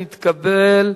נתקבל.